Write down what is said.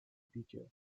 teacher